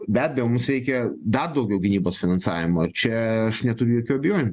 be abejo mums reikia dar daugiau gynybos finansavimo čia aš neturiu jokių abejonių